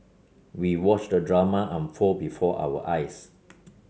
we watched the drama unfold before our eyes